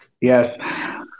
Yes